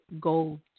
gold